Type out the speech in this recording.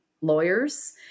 lawyers